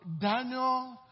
Daniel